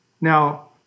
Now